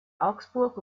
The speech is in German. augsburg